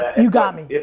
you got me.